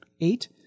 Eight